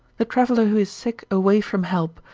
the traveller who is sick away from help,